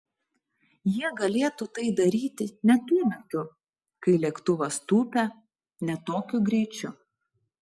jie galėtų tai daryti ne tuo metu kai lėktuvas tūpia ne tokiu greičiu